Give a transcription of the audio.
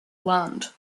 land